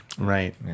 Right